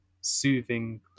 soothing